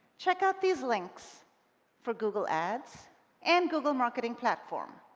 check out these links for google ads and google marketing platform.